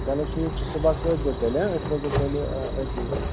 چلو ٹھیٖک چھُ صُبَحس وٲتۍزیٚو تیٚلہِ أسۍ روزو تیٚلہِ آ أتی آ